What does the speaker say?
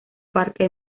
parque